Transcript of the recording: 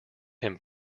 him